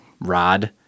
rod